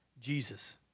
Jesus